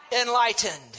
enlightened